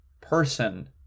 person